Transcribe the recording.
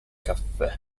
caffè